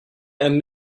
and